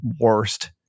worst